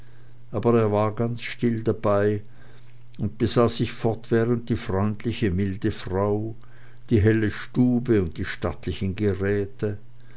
aber er war ganz still dabei und besah sich fortwährend die freundliche milde frau die helle stube und die stattlichen geräte